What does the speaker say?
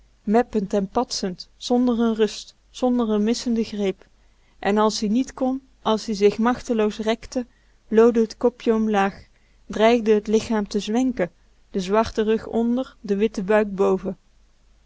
meppend en patsend zonder n rust zonder n missenden greep en als-ie niet kon alsie zich machteloos rekte loodde t kopje omlaag dreigde t lichaam te zwenken de zwarte rug onder de witte buik boven